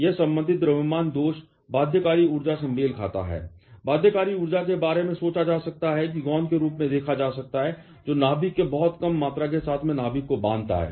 यह संबंधित द्रव्यमान दोष बाध्यकारी ऊर्जा से मेल खाता है बाध्यकारी ऊर्जा के बारे में सोचा जा सकता है या गोंद के रूप में देखा जा सकता है जो नाभिक के बहुत कम मात्रा में एक साथ नाभिक को बांधता है